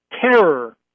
terror